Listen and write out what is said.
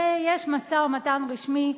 ויש משא-ומתן רשמי.